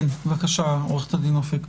בבקשה, עו"ד אופק.